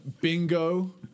bingo